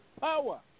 power